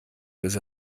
bis